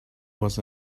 was